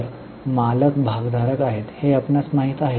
तर मालक भागधारक आहेत हे आपणास माहित आहे